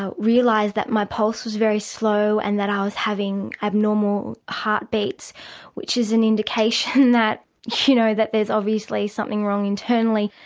ah realised that my pulse was very slow and that i was having abnormal heartbeats which is an indication that, you know, that there's obviously something wrong internally,